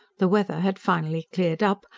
the weather had finally cleared up,